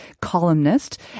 columnist